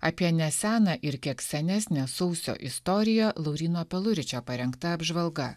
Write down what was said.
apie neseną ir kiek senesnę sausio istoriją lauryno peluričio parengta apžvalga